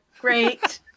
great